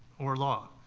or law.